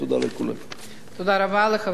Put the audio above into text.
תודה רבה לחבר הכנסת יעקב כץ.